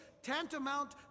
Tantamount